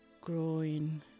growing